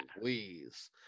please